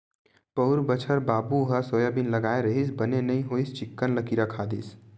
पउर बछर बाबू ह सोयाबीन लगाय रिहिस बने नइ होइस चिक्कन ल किरा खा दिस